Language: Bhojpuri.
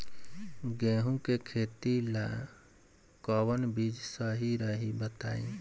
गेहूं के खेती ला कोवन बीज सही रही बताई?